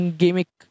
gimmick